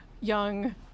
young